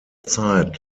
zeit